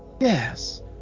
yes